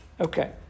Okay